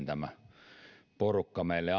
tämä porukka meille